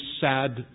sad